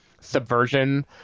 subversion